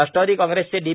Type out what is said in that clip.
राष्ट्रवादी काँग्रेसचे डी